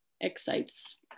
excites